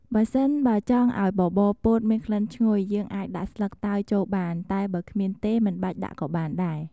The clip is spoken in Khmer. ប្រសិនបើចង់ឱ្យបបរពោតមានក្លិនឈ្ងុយ យើងអាចដាក់ស្លឹកតើយចូលបាន តែបើគ្មានទេមិនបាច់ដាក់ក៏បានដែរ។